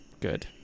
good